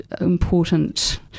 important